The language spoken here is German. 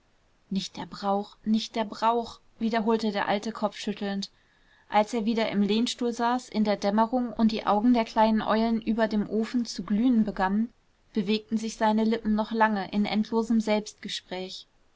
nicht der brauch nicht der brauch wiederholte der alte kopfschüttelnd als er wieder im lehnstuhl saß in der dämmerung und die augen der kleinen eulen über dem ofen zu glühen begannen bewegten sich seine lippen noch lange in endlosem selbstgespräch